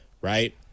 Right